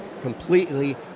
completely